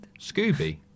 Scooby